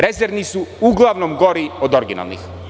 Rezervni su uglavnom gori od originalnih.